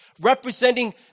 representing